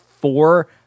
four